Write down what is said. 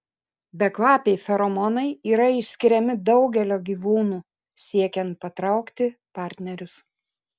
bekvapiai feromonai yra išskiriami daugelio gyvūnų siekiant patraukti partnerius